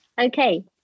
Okay